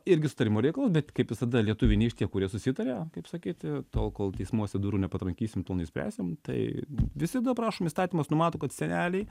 irgi sutarimo reikalas bet kaip visada lietuviai ne iš tie kurie susitaria kaip sakyti tol kol teismuose durų neparankysim tol neišspręsim tai visida prašom įstatymas numato kad seneliai